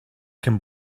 can